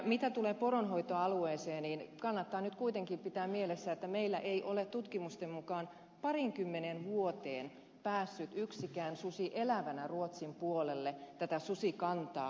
mitä tulee poronhoitoalueeseen niin kannattaa nyt kuitenkin pitää mielessä että meillä ei ole tutkimusten mukaan pariinkymmeneen vuoteen päässyt yksikään susi elävänä ruotsin puolelle tätä susikantaa elävöittämään